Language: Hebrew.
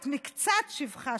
את מקצת שבחה,